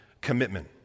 commitment